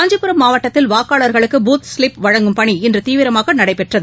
காஞ்சிபுரம் மாவட்டத்தில் வாக்காளர்களுக்கு booth slip வழங்கும் பணி இன்றுதீவிரமாகநடைபெற்றது